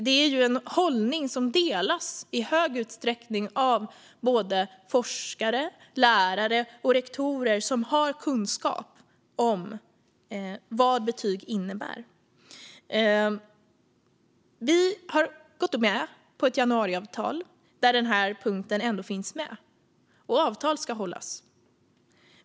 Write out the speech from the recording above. Det är en hållning som i stor utsträckning delas av både forskare, lärare och rektorer som har kunskap om vad betyg innebär. Vi har gått med på ett januariavtal där den här punkten ändå finns med, och avtal ska hållas.